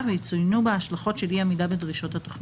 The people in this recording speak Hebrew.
ויצוינו בה ההשלכות של אי עמידה בדרישות התכנית.